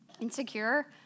Insecure